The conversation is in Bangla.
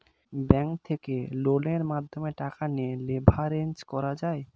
ব্যাঙ্ক থেকে লোনের মাধ্যমে টাকা নিয়ে লেভারেজ করা যায়